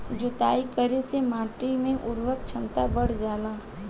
जुताई करे से माटी के उर्वरक क्षमता बढ़ जाला